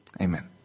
Amen